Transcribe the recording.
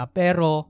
pero